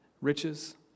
Riches